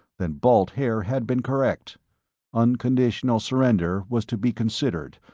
then balt haer had been correct unconditional surrender was to be considered,